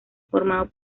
formado